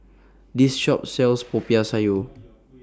This Shop sells Popiah Sayur